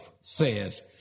says